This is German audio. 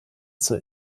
zur